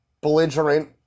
belligerent